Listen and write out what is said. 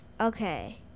okay